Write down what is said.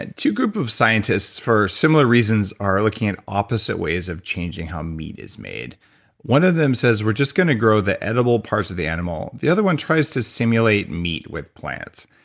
to group of scientists, for similar reasons are looking at opposite ways of changing how meat is made one of them says we're just going to grow the edible parts of the animal. the other one tries to simulate meat with plants.